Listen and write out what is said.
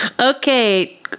Okay